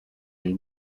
and